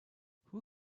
who